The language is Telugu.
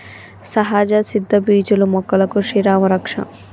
సహజ సిద్ద పీచులు మొక్కలకు శ్రీరామా రక్ష